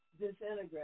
disintegrate